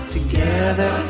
Together